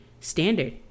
standard